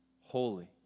holy